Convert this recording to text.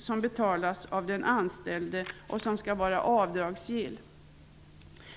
Den skall betalas av den anställde och vara avdragsgill.